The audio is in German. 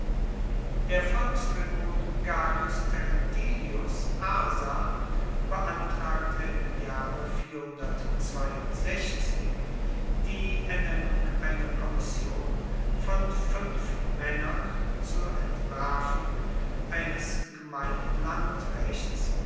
der volkstribun gaius terentilius arsa beantragte im jahre die ernennung einer kommission von fuenf maennern zur entwerfung eines gemeinen